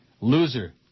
Loser